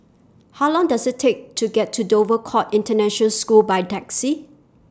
How Long Does IT Take to get to Dover Court International School By Taxi